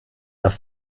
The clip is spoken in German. das